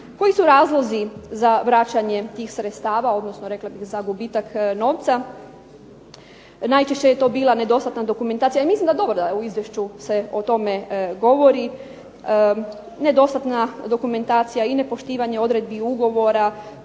Koji su razlozi za vraćanje tih sredstava, odnosno rekla bih za gubitak novca? Najčešće je to bila nedostatna dokumentacija, mislim da je dobro da u izvješću se o tome govori. Nedostatna dokumentacija i nepoštivanje odredbi ugovora,